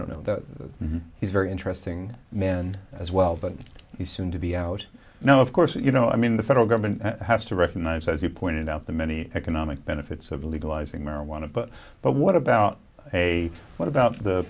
don't know that he's very interesting man as well but he soon to be out now of course you know i mean the federal government has to recognize as you pointed out the many economic benefits of legalizing marijuana but what about a what about the